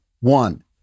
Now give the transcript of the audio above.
one